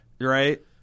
Right